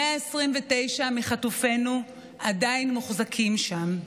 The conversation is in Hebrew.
129 מחטופינו עדיין מוחזקים שם.